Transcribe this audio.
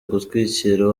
gutwikira